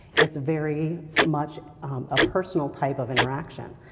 it's very much a personal type of interaction.